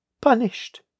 punished